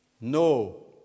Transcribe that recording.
no